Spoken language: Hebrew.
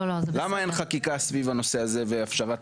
למה אין חקיקה סביב הנושא הזה ואפשרת